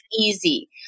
easy